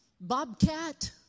bobcat